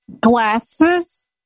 Glasses